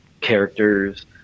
characters